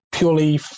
purely